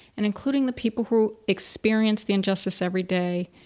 and including the people who experienced the injustice every day,